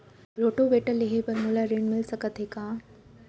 Rotavator लेहे बर मोला ऋण मिलिस सकत हे का?